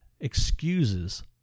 excuses